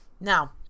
Now